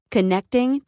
Connecting